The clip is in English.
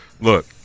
Look